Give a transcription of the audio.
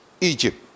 Egypt